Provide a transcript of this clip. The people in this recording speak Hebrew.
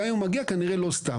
וגם אם הוא מגיע - כנראה שלא סתם.